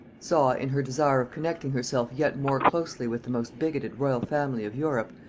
saw, in her desire of connecting herself yet more closely with the most bigoted royal family of europe,